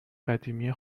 قدیمی